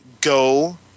go